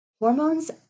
hormones